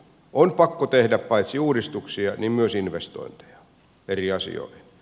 on pakko tehdä paitsi uudistuksia myös investointeja eri asioihin